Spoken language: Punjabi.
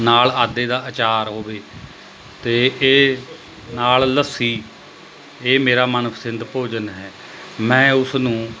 ਨਾਲ਼ ਆਦੇ ਦਾ ਅਚਾਰ ਹੋਵੇ ਅਤੇ ਇਹ ਨਾਲ਼ ਲੱਸੀ ਇਹ ਮੇਰਾ ਮਨਪਸੰਦ ਭੋਜਨ ਹੈ ਮੈਂ ਉਸਨੂੰ